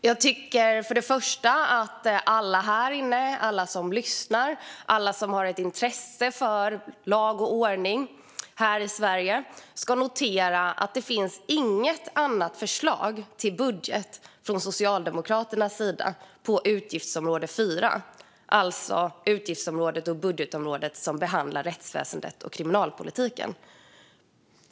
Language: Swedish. Jag tycker först och främst att alla här inne, alla som lyssnar och alla som har ett intresse för lag och ordning här i Sverige ska notera att det från Socialdemokraternas sida inte finns något annat förslag till budget på utgiftsområde 4, det vill säga det budgetområde som behandlar rättsväsendet och kriminalpolitiken.